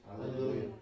Hallelujah